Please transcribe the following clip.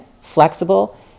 flexible